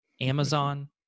Amazon